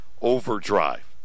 Overdrive